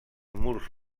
murs